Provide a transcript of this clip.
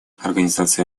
организация